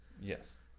yes